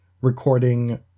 recording